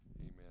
Amen